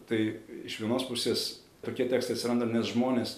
tai iš vienos pusės tokie tekstai atsiranda nes žmonės